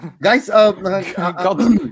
Guys